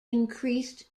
increased